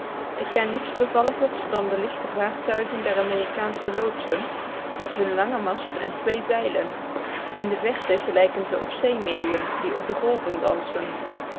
ik ken niets bevalligers dan de lichte vaartuigen der amerikaansche loodsen met hunnen langen mast en twee zeilen in de verte gelijken ze op zeemeeuwen die op de golven dansen